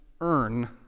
earn